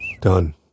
done